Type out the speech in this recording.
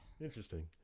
Interesting